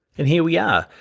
and here we are.